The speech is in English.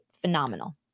Phenomenal